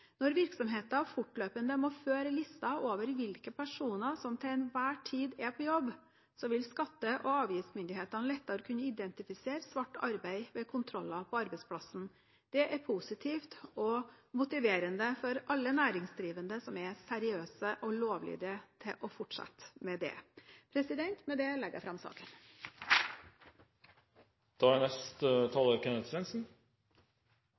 Når virksomheter fortløpende må føre lister over hvilke personer som til enhver tid er på jobb, vil skatte- og avgiftsmyndighetene lettere kunne identifisere svart arbeid ved kontroller på arbeidsplassen. Det er positivt og motiverende for alle næringsdrivende som er seriøse og lovlydige, til fortsatt å være det. Med dette anbefaler jeg